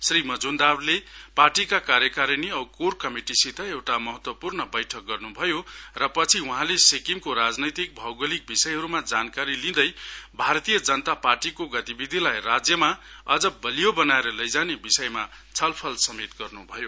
श्री मजुमदारले पार्टीका कार्यकारीणी औं कोर कमिटिसित एउटा महत्वपूर्ण बैठक गर्नु भयो र पछि वहाँले सिक्किमको राजनैतिक भौगोलिक विषयहरूमा जानकारी लिँदै भारतीय जनता पार्टीको गतिविधिलाई राज्यमा अझ बलियो बनाएर लैजाने विषयमा छलफल समेत गर्नु भयो